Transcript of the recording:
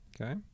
Okay